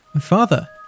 father